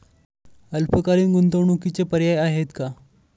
अल्पकालीन गुंतवणूकीचे पर्याय आहेत का?